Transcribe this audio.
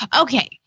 Okay